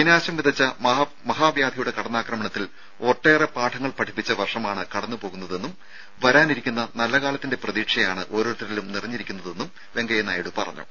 വിനാശം വിതച്ച മഹാവ്യാധിയുടെ കടന്നാക്രമണത്തിൽ ഒട്ടേറെ പാഠങ്ങൾ പഠിപ്പിച്ച വർഷമാണ് കടന്നു പോകുന്നതെന്നും വരാനിരിക്കുന്ന നല്ല കാലത്തിന്റെ പ്രതീക്ഷയാണ് ഓരോരുത്തരിലും നിറഞ്ഞിരിക്കുന്നതെന്നും വെങ്കയ്യ നായിഡു പറഞ്ഞു